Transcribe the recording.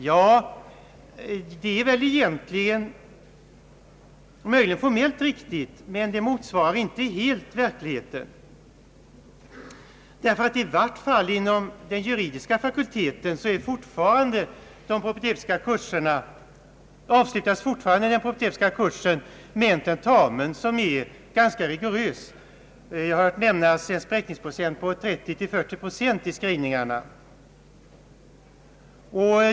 Ja, det är möjligen formellt riktigt men motsvarar inte helt verkligheten. I vart fall inom den juridiska fakulteten avslutas fortfarande den propedeutiska kursen med en tentamen som är ganska rigorös. Jag har hört nämnas en spräckningsprocent på 30—40 procent i skrivningarna.